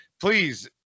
please